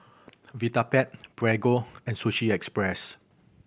Vitapet Prego and Sushi Express